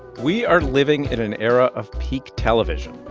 we are living in an era of peak television.